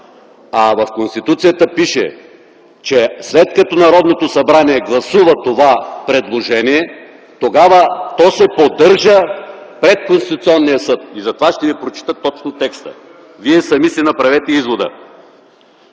а в Конституцията пише, че след като Народното събрание гласува това предложение, тогава то се поддържа пред Конституционния съд. Затова ще Ви прочета точно текста. Вие сами си направете извода: